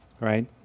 right